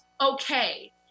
okay